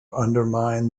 undermine